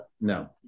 No